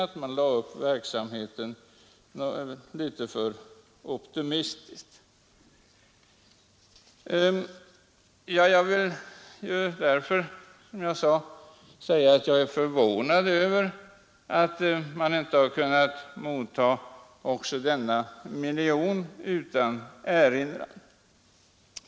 Man lade kanske också upp verksamheten litet för optimistiskt. Jag är därför, som jag sade, förvånad över att man inte kunnat motta också denna miljon utan erinran.